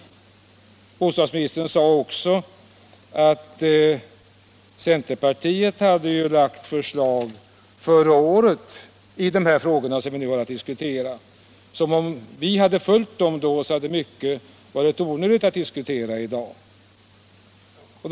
97 Bostadsministern sade att centerpartiet redan förra året väckt förslag i de frågor vi nu har att diskutera. Om dessa förslag hade antagits skulle det enligt bostadsministern ha varit onödigt att diskutera dessa frågor i dag.